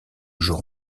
jour